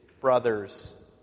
brother's